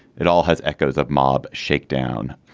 it all has echoes of mob shakedown.